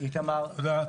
תודה.